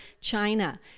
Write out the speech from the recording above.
China